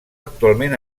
actualment